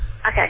Okay